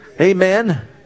Amen